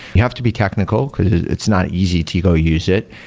you have to be technical, because it's not easy to go use it,